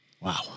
Wow